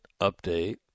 update